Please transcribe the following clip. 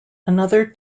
another